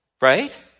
right